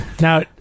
Now